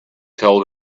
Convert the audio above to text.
told